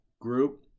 group